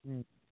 হুম